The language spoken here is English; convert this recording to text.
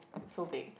so big